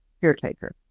caretaker